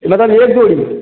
मतलब एक जोड़ी